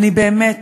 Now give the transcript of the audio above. ואני באמת,